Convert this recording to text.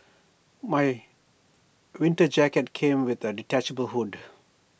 my winter jacket came with A detachable hood